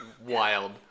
Wild